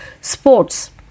sports